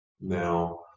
Now